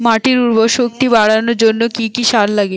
মাটির উর্বর শক্তি বাড়ানোর জন্য কি কি সার লাগে?